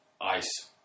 ice